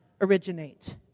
originate